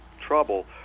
trouble